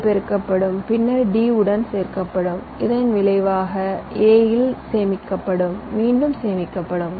அவை பெருக்கப்படும் பின்னர் d உடன் சேர்க்கப்படும் இதன் விளைவாக a இல் சேமிக்கப்படும் மீண்டும் சேமிக்கப்படும்